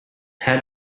head